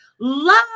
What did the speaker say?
love